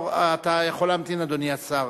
אתה יכול להמתין, אדוני השר.